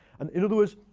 and in other words,